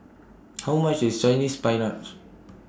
How much IS Chinese Spinach